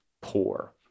poor